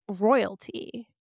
royalty